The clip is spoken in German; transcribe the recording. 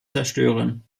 zerstören